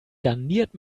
garniert